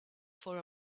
for